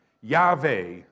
Yahweh